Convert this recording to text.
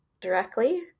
directly